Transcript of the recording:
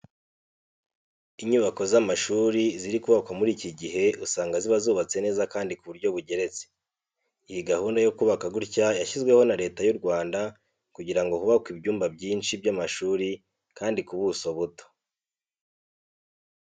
Inyubako z'amashuri ziri kubakwa muri iki gihe usanga ziba zubatse neza kandi ku buryo bugeretse. Iyi gahunda yo kubaka gutya yashyizweho na Leta y'u Rwanda kugira ngo hubakwe ibyumba byinshi by'amashuri kandi ku buso buto.